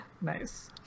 Nice